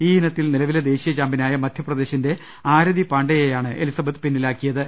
ഈയിനത്തിൽ നിലവിലെ ദേശീയ ചാംപ്യനായ മധ്യപ്രദേശിന്റെ ആരതി പാണ് ഡേയെയാണ് എലിസബത്ത് പിന്നിലാക്കിയത്